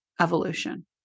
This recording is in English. evolution